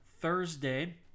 Thursday